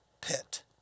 pit